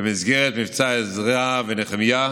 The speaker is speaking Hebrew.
במסגרת מבצע עזרא ונחמיה.